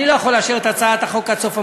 אני לא יכול לאשר את הצעת החוק עד סוף המושב.